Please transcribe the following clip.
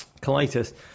Colitis